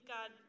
God